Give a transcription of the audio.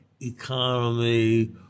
economy